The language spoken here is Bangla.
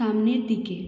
সামনের দিকে